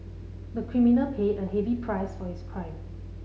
the criminal paid a heavy price for his crime